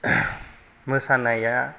मोसानाया